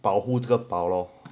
保护这个宝 lor